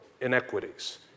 inequities